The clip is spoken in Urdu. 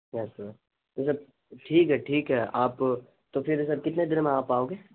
یس سر تو جب ٹھیک ہے ٹھیک ہے آپ تو پھر سر کتنے دیر میں آپ آؤ گے